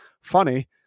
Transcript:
funny